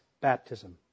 baptism